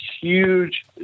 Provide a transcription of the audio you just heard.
huge